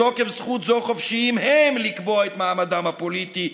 בתוקף זכות זו חופשיים הם לקבוע את מעמדם הפוליטי,